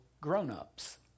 grown-ups